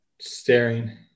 Staring